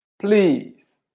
Please